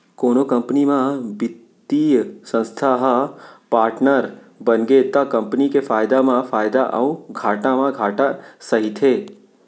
कोनो कंपनी म बित्तीय संस्था ह पाटनर बनगे त कंपनी के फायदा म फायदा अउ घाटा म घाटा सहिथे